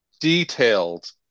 detailed